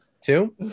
Two